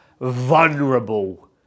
vulnerable